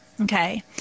okay